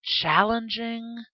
challenging